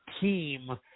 team